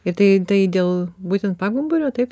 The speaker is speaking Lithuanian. ir tai tai dėl būtent pagumburio taip